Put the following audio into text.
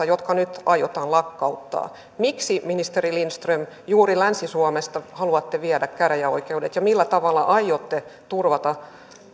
jotka nyt aiotaan lakkauttaa miksi ministeri lindström juuri länsi suomesta haluatte viedä käräjäoikeudet ja millä tavalla aiotte turvata